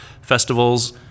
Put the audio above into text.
festivals